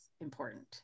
important